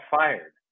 fired